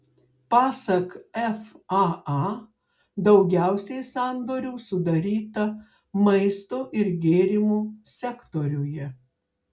pasak faa daugiausiai sandorių sudaryta maisto ir gėrimų sektoriuje